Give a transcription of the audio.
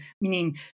meaning